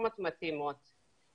הפלטפורמות המתאימות.